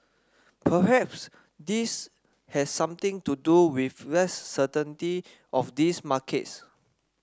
perhaps this has something to do with less certainty of these markets